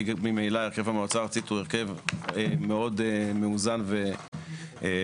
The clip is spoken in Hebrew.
כי ממילא הרכב המועצה הוא הרכב מאוד מאוזן והרבה